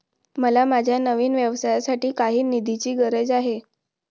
मला माझ्या नवीन व्यवसायासाठी काही निधीची गरज आहे